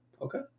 Okay